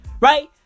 Right